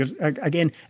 Again